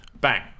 Bang